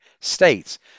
states